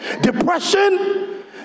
Depression